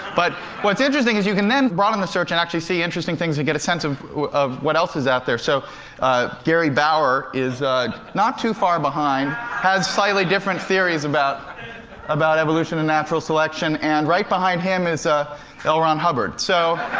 but what's interesting is you can then broaden the search and actually see interesting things and get a sense of of what else is out there. so gary bauer is not too far behind has slightly different theories about about evolution and natural selection. and right behind him is ah l. ron hubbard. so